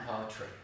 poetry